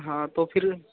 हाँ तो फिर